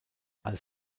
als